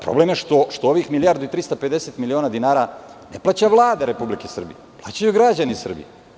Problem je što ovih 1.350.000.000 miliona dinara ne plaća Vlada Republike Srbije, plaćaju građani Srbije.